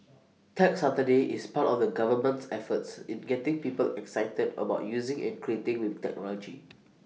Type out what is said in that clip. Tech Saturday is part of the government's efforts in getting people excited about using and creating with technology